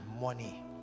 money